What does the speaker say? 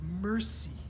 mercy